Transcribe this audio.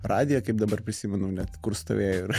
radiją kaip dabar prisimenu net kur stovėjo ir